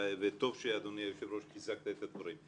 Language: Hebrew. טוב שאדוני היושב ראש חיזקת את הדברים.